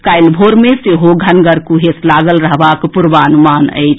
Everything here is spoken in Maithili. काल्हि भोर मे सेहो घनगर कुहेस लागल रहबाक पूर्वानुमान अछि